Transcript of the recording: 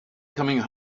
coming